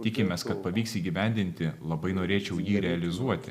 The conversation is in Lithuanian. tikimės kad pavyks įgyvendinti labai norėčiau jį realizuoti